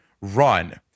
run